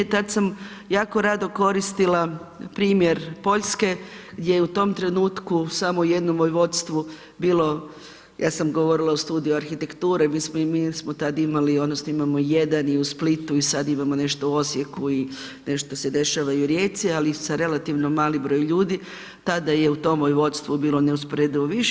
Tad sam jako rado koristila primjer Poljske gdje je u tom trenutku samo u jednom vodstvu bilo, ja sam govorila o studiju arhitekture mi smo tad imali, odnosno imamo jedan i u Splitu i sad imamo nešto u Osijeku i nešto se dešava i u Rijeci ali sa relativno malim brojem ljudi, tada je u tome vodstvu bilo neusporedivo više.